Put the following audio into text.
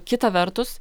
kita vertus